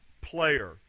player